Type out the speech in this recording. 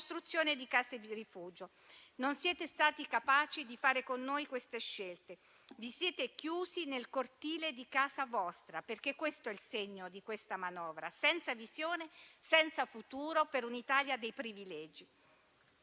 costruzione di case di rifugio. Non siete stati capaci di fare con noi queste scelte; vi siete chiusi nel cortile di casa vostra, perché questo è il segno di questa manovra senza visione e senza futuro, per un'Italia dei privilegi.